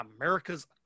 America's